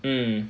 mm